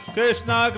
Krishna